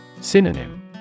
Synonym